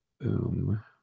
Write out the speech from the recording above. boom